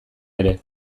ere